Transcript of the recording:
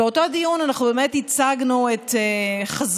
באותו דיון אנחנו הצגנו את חזון,